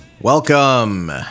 Welcome